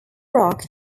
rock